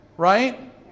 Right